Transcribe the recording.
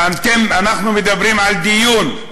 ואנחנו מדברים על דיון,